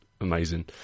Amazing